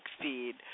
feed